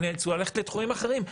נאלצו ללכת לתחומים אחרים.